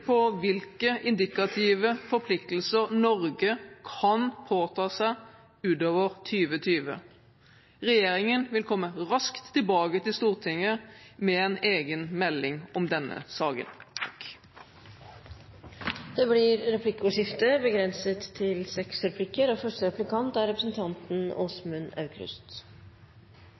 om hvilke indikative forpliktelser Norge kan påta seg utover 2020. Regjeringen vil komme raskt tilbake til Stortinget med en egen melding om denne saken. Det blir replikkordskifte.